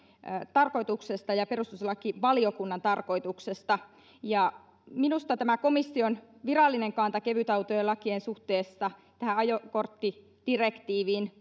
tarkoituksesta ja perustuslakivaliokunnan tarkoituksesta minusta tämä komission virallinen kanta kevytautojen lakien suhteesta ajokorttidirektiiviin